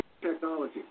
technology